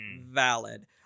Valid